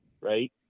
right